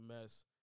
mess